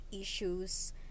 issues